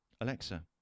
Alexa